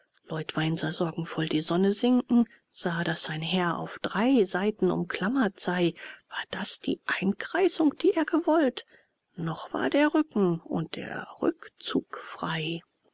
leutwein sah sorgenvoll die sonne sinken sah daß sein heer auf drei seiten umklammert sei war das die einkreisung die er gewollt noch war der rücken und der rückzug frei